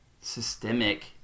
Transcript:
systemic